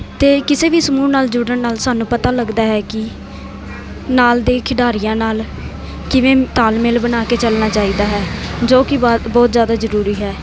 ਅਤੇ ਕਿਸੇ ਵੀ ਸਮੂਹ ਨਾਲ ਜੁੜਣ ਨਾਲ ਸਾਨੂੰ ਪਤਾ ਲੱਗਦਾ ਹੈ ਕਿ ਨਾਲ ਦੇ ਖਿਡਾਰੀਆਂ ਨਾਲ ਕਿਵੇਂ ਤਾਲਮੇਲ ਬਣਾ ਕੇ ਚੱਲਣਾ ਚਾਹੀਦਾ ਹੈ ਜੋ ਕਿ ਬਾਤ ਬਹੁਤ ਜ਼ਿਆਦਾ ਜ਼ਰੂਰੀ ਹੈ